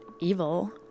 evil